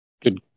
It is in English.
good